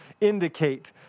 indicate